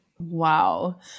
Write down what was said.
Wow